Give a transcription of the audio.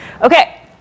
Okay